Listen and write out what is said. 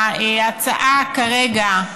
ההצעה כרגע,